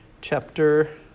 chapter